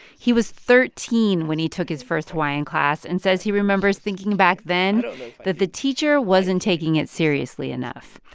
he was thirteen when he took his first hawaiian class and says he remembers thinking back then that the teacher wasn't taking it seriously enough.